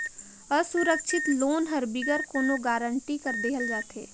असुरक्छित लोन हर बिगर कोनो गरंटी कर देहल जाथे